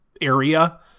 area